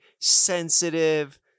sensitive